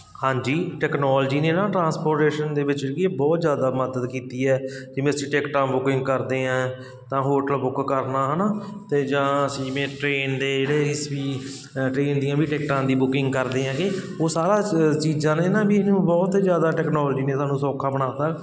ਹਾਂਜੀ ਟੈਕਨੋਲਜੀ ਨੇ ਨਾ ਟਰਾਂਸਪੋਰਟੇਸ਼ਨ ਦੇ ਵਿੱਚ ਬਹੁਤ ਜ਼ਿਆਦਾ ਮਦਦ ਕੀਤੀ ਹੈ ਜਿਵੇਂ ਅਸੀਂ ਟਿਕਟਾਂ ਬੁਕਿੰਗ ਕਰਦੇ ਹਾਂ ਤਾਂ ਹੋਟਲ ਬੁੱਕ ਕਰਨਾ ਹੈ ਨਾ ਅਤੇ ਜਾਂ ਸੀਮੇ ਟਰੇਨ ਦੇ ਜਿਹੜੇ ਵੀ ਟ੍ਰੇਨ ਦੀਆਂ ਵੀ ਟਿਕਟਾਂ ਦੀ ਬੁਕਿੰਗ ਕਰਦੇ ਹੈਗੇ ਉਹ ਸਾਰਾ ਚ ਚੀਜ਼ਾਂ ਨਾ ਜਿਹਨਾਂ ਵੀ ਇਹਨੂੰ ਬਹੁਤ ਜ਼ਿਆਦਾ ਟੈਕਨਾਲੋਜੀ ਨੇ ਸਾਨੂੰ ਸੌਖਾ ਬਣਾਤਾ